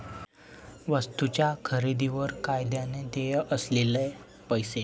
वस्तूंच्या खरेदीवर कायद्याने देय असलेले पैसे